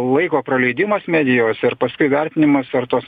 laiko praleidimas medijos ir paskui vertinimas ar tos